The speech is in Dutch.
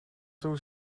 toe